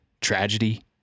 tragedy